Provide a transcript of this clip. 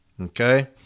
Okay